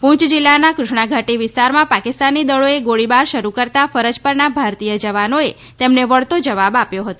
પૂંચ જિલ્લાના કૃષ્ણાઘાટી વિસ્તારમાં પાકિસ્તાની દળોએ ગોળીબાર શરૂ કરતાં ફરજ પરના ભારતીય જવાનોએ તેમને વળતો જવાબ આપ્યો હતો